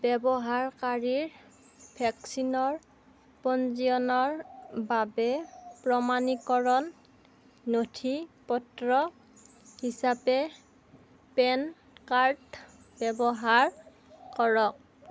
ব্যৱহাৰকাৰীৰ ভেকচিনৰ পঞ্জীয়নৰ বাবে প্ৰমাণীকৰণ নথিপত্ৰ হিচাপে পেন কাৰ্ড ব্যৱহাৰ কৰক